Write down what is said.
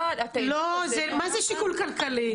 מה אתם --- לא, מה זה שיקול כלכלי?